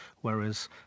whereas